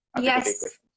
Yes